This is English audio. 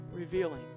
Revealing